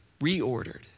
reordered